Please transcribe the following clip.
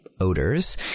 odors